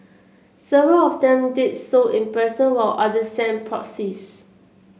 several of them did so in person while other sent proxies